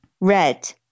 red